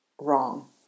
wrong